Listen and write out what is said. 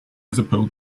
suppose